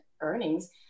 earnings